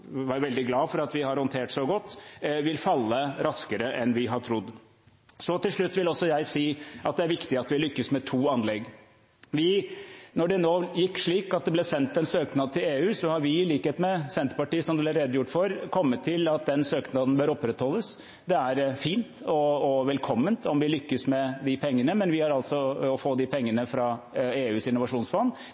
veldig glad for at vi har håndtert så godt, vil falle raskere enn vi har trodd. Til slutt vil også jeg si at det er viktig at vi lykkes med to anlegg. Når det nå gikk slik at det ble sendt en søknad til EU, har vi, i likhet med Senterpartiet, som det ble redegjort for, kommet til at den søknaden bør opprettholdes. Det er fint og velkomment om vi lykkes med å få de pengene fra EUs innovasjonsfond, men vi har